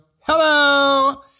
Hello